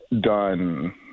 done